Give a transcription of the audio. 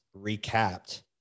recapped